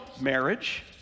marriage